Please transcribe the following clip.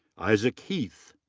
isaac heath.